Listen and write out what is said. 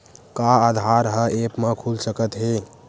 का आधार ह ऐप म खुल सकत हे?